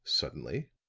suddenly,